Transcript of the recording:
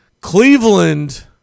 Cleveland